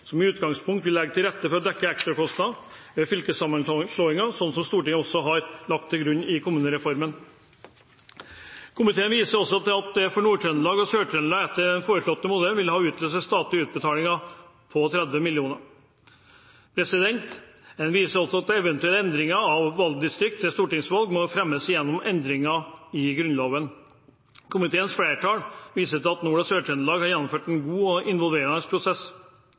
som et utgangspunkt vil legge til rette for å dekke ekstrakostnadene ved fylkessammenslåinger, slik Stortinget også har lagt til grunn i kommunereformen. Komiteen viser også til at det for Nord-Trøndelag og Sør-Trøndelag, etter den foreslåtte modellen, vil utløse statlige utbetalinger på 30 mill. kr. Komiteen viser til at eventuelle endringer av valgdistrikt til stortingsvalg må fremmes gjennom endringer i Grunnloven. Komiteens flertall viser til at Nord-Trøndelag og Sør-Trøndelag har gjennomført en god og involverende prosess.